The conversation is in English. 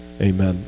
Amen